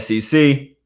SEC